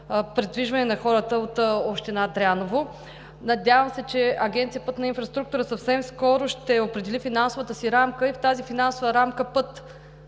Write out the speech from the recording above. придвижване на хората от община Дряново. Надявам се, че Агенция „Пътна инфраструктура“ съвсем скоро ще определи финансовата си рамка и в тази финансова рамка ще